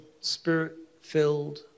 spirit-filled